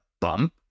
bump